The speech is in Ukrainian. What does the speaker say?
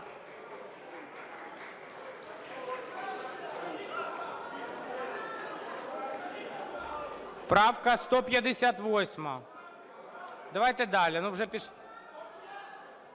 Правка 158. Давайте далі